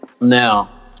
now